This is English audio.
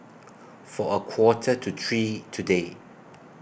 For A Quarter to three today